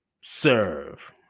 serve